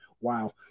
wow